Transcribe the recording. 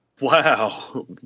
Wow